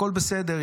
הכול בסדר.